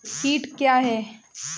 कीट क्या है?